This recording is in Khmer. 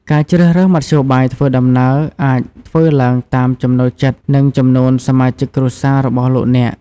ការជ្រើសរើសមធ្យោបាយធ្វើដំណើរអាចធ្វើឡើងតាមចំណូលចិត្តនិងចំនួនសមាជិកគ្រួសាររបស់លោកអ្នក។